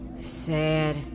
Sad